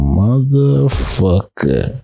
motherfucker